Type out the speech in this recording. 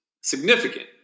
significant